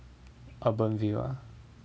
UrbanVille ah